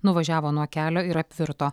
nuvažiavo nuo kelio ir apvirto